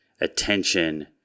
attention